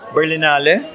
Berlinale